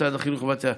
ומשרד החינוך יבצע.